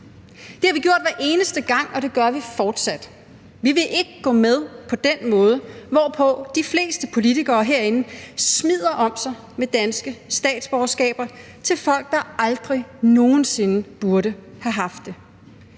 Det har vi gjort hver eneste gang, og det gør vi fortsat. Vi vil ikke gå med på den måde, hvorpå de fleste politikere herinde smider om sig med danske statsborgerskaber til folk, der aldrig nogen sinde burde have haft det.